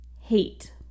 Hate